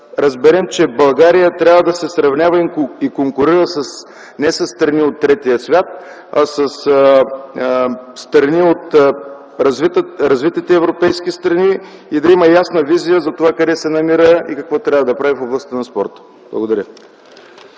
разберем, че България трябва да се сравнява и конкурира не със страни от третия свят, а със страни от развитите европейски страни и да има ясна визия за това къде се намира и какво трябва да прави в областта на спорта. Благодаря.